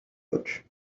pouch